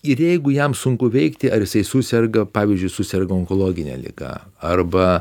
ir jeigu jam sunku veikti ar jisai suserga pavyzdžiui suserga onkologine liga arba